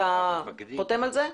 אתה חותם על זה?